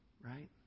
right